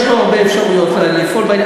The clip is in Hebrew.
יש לו הרבה אפשרויות לפעול בעניין.